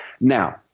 Now